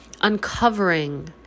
uncovering